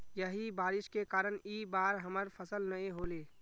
यही बारिश के कारण इ बार हमर फसल नय होले?